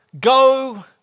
go